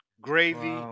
gravy